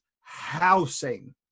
housing